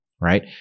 right